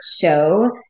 show